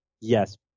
yes